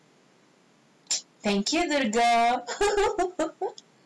thank you dudar